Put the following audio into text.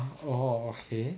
oh okay